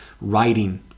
writing